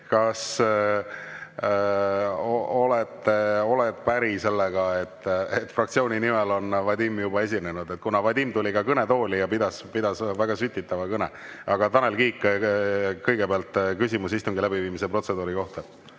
sa oled päri sellega, et fraktsiooni nimel on Vadim on juba esinenud, kuna Vadim tuli kõnetooli ja pidas väga sütitava kõne? Tanel Kiik, kõigepealt küsimus istungi läbiviimise protseduuri kohta.